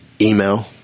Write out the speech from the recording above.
email